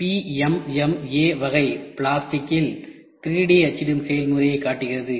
PMMA வகை பிளாஸ்டிக்கின் 3D அச்சிடும் செயல்முறையைக் காட்டுகிறது